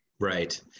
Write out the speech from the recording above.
Right